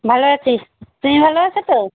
ভালো আছি তুমি ভালো আছো তো